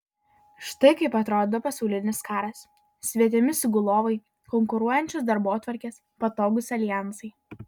štai kaip atrodo pasaulinis karas svetimi sugulovai konkuruojančios darbotvarkės patogūs aljansai